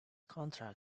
contract